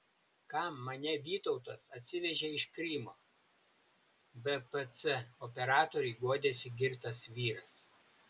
kam mane vytautas atsivežė iš krymo bpc operatoriui guodėsi girtas vyras